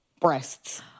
breasts